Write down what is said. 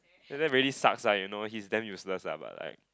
eh really sucks ah you know hes damn useless lah but like